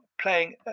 playing